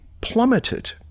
plummeted